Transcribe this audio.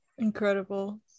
incredible